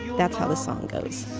that's how the song goes